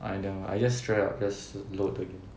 I don't I just straight up load the game